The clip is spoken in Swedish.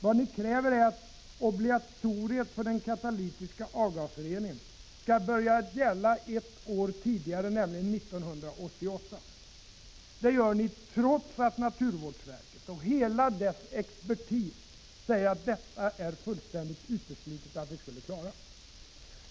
Vad ni kräver är att obligatoriet för den katalytiska avgasreningen skall börja gälla ett år tidigare, nämligen 1988. Det gör ni trots att naturvårdsverket och hela dess expertis säger att det är fullständigt uteslutet att vi skulle kunna klara det.